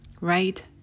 right